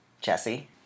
Jesse